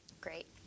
Great